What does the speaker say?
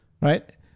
right